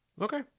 Okay